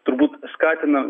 turbūt skatina